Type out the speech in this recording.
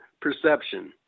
perception